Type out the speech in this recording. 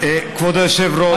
כבוד היושב-ראש,